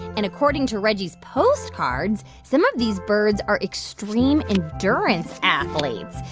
and according to reggie's postcards, some of these birds are extreme endurance athletes.